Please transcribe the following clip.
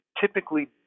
typically